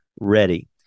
ready